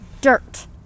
dirt